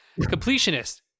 Completionist